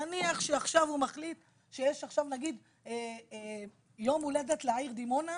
נניח שעכשיו הוא מחליט שיש נגיד יום הולדת לעיר דימונה,